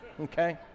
okay